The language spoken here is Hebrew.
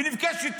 ונפגש עם